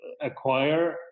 acquire